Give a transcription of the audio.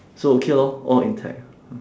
so okay lor all intact